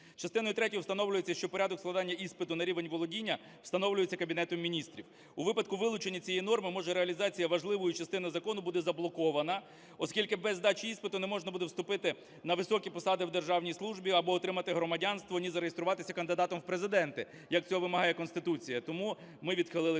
Частиною третьою встановлюється, що порядок складання іспиту на рівень володіння встановлюється Кабінетом Міністрів. У випадку вилучення цієї норми може реалізація важливої частини закону буде заблокована, оскільки без здачі іспиту не можна буде вступити на високі посади в державній службі або отримати громадянство, ні зареєструватися кандидатом в Президенти, як цього вимагає Конституція, тому ми відхили